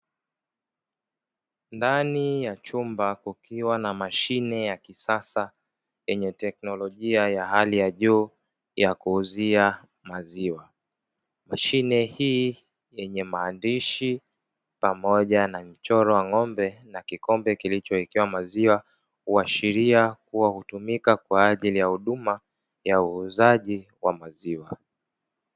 Ndani ya chumba kukiwa na mashine ya kisasa yenye teknolojia ya hali ya juu ya kuuzia maziwa. Mashine hii yenye maandishi pamoja na mchoro wa ng’ombe na kikombe kilichowekewa maziwa, huashiria kuwa hutumika kwa ajili ya huduma ya uuzaji wa maziwa.